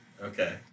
Okay